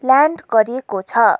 land गरेको छ